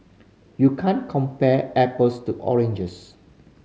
you can't compare apples to oranges